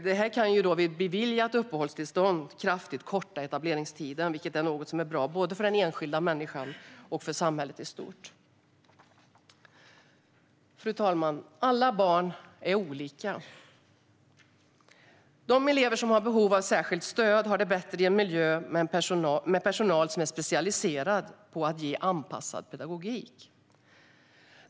Detta kan vid beviljat uppehållstillstånd kraftigt korta etableringstiden, vilket är bra för både den enskilda människan och samhället i stort. Fru talman! Alla barn och unga är olika. De elever som har behov av särskilt stöd har det bättre i en miljö med personal som är specialiserad på att ge anpassad pedagogik.